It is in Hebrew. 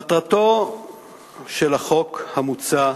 מטרתו של החוק המוצע